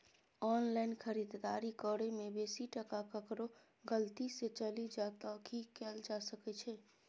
Online खरीददारी करै में बेसी टका केकरो गलती से चलि जा त की कैल जा सकै छै?